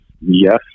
yes